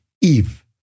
Eve